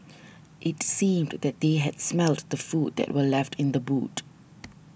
it seemed that they had smelt the food that were left in the boot